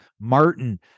Martin